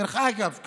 דרך אגב,